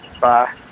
bye